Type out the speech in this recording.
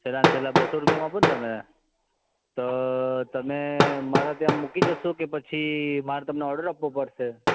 છેલ્લાને છેલ્લા બસો રૂપિયામાં આપો ને તમે તો તમે મારા ત્યાં મૂકી જશો કે પછી મારે તમને ઓર્ડર આપવો પડશે